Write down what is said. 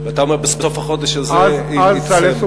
ואתה אומר שבסוף החודש הזה היא תסיים.